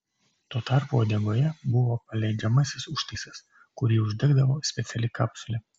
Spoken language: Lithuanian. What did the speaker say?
tuo tarpu uodegoje buvo paleidžiamasis užtaisas kurį uždegdavo speciali kapsulė